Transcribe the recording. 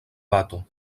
bato